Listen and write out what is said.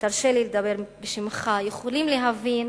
תרשה לי לדבר בשמך, יכולים להבין